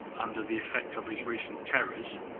under the effect of his recent terrors,